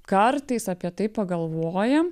kartais apie tai pagalvojam